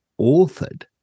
authored